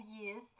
years